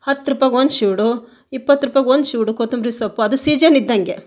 ಹತ್ತು ರುಪಾಯಿಗೆ ಒಂದು ಶಿವುಡು ಇಪ್ಪತ್ತು ರುಪಾಯಿಗೆ ಒಂದು ಶಿವುಡು ಕೊತ್ತಂಬ್ರಿ ಸೊಪ್ಪು ಅದು ಸೀಜನ್ ಇದ್ದಂಗೆ